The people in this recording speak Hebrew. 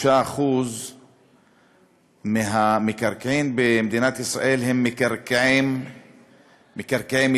מ-93% מהמקרקעין במדינת ישראל הם מקרקעי מדינה,